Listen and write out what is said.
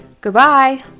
goodbye